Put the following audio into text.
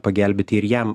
pagelbėti ir jam